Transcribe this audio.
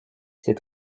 ses